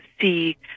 see